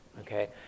Okay